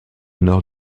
nord